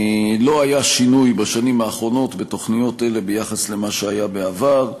לא היה שינוי בשנים האחרונות בתוכניות אלה ביחס למה שהיה בעבר.